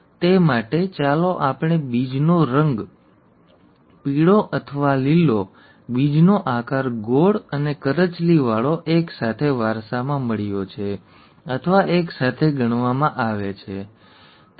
તે માટે ચાલો આપણે બીજનો રંગ પીળો અથવા લીલો બીજનો આકાર ગોળ અને કરચલીવાળો એક સાથે વારસામાં મળ્યો છે અથવા એક સાથે ગણવામાં આવે છે તે જોઈએ